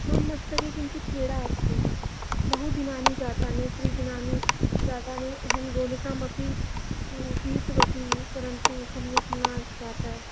मम मस्तके किञ्चित् पीडा अस्ति बहुदिनानि जातानि त्रिदिनानि जातानि अहम् गोलिकाम् अपि गृहीतवती परन्तु सम्यक् न जाता